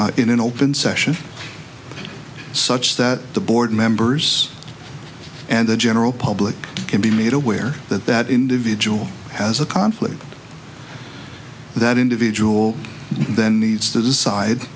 it in an open session such that the board members and the general public can be made aware that that individual has a conflict that individual then needs to decide